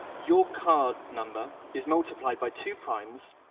your card number is multiplied by two primes,